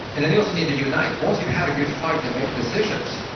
and then you also need to unite, once you've had a good fight and make decisions,